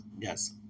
yes